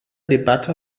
debatte